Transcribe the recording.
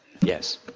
Yes